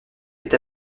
est